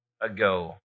ago